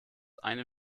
eine